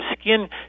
skin